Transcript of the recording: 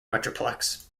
metroplex